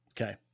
Okay